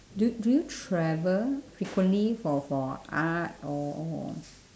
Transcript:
do do you travel frequently for for art or or